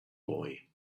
boy